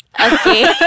Okay